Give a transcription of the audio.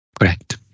Correct